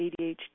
ADHD